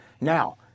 Now